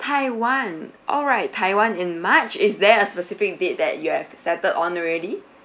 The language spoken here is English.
taiwan alright taiwan in march is there a specific date that you have setted on already